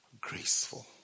graceful